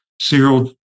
Cyril